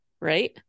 Right